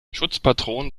schutzpatron